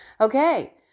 Okay